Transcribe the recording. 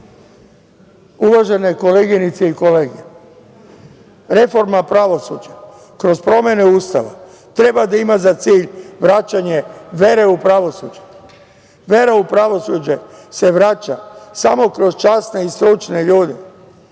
koleginice i kolege, reforma pravosuđa kroz promene Ustava treba da ima za cilj vraćanje vere u pravosuđe. Vera u pravosuđe se vraća samo kroz časne i stručne ljude